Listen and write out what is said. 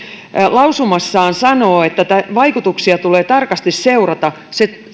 lausumassaan sanoo että vaikutuksia tulee tarkasti seurata se